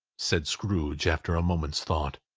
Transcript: said scrooge, after a moment's thought,